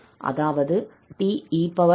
அதாவது 𝑡𝑒−𝑎𝑡 இன் Fourier cosine மாற்றம் ஆகும்